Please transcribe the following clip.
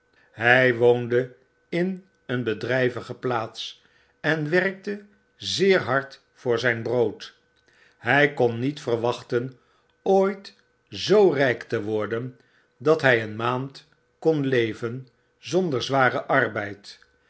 hy woonde in een bedryvige plaats en werkte zeer hard voor zjjn brood hy konniet verwachten ooit zoo ryk te worden dat hij een maand kon leven zonder zwaren arbeid